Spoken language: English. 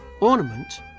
Ornament